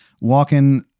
walking